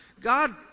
God